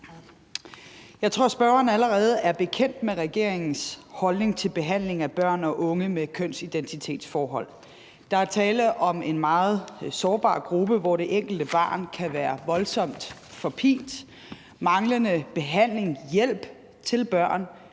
Jeg tror, spørgeren allerede er bekendt med regeringens holdning til behandling af børn og unge med kønsidentitetsforhold . Der er tale om en meget sårbar gruppe, hvor det enkelte barn kan være voldsomt forpint. Manglende behandling af eller hjælp til børn